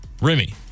Remy